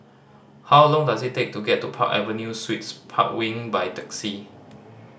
how long does it take to get to Park Avenue Suites Park Wing by taxi